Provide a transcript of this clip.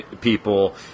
people